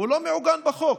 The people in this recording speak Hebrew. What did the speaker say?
לא מעוגן בחוק.